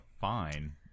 fine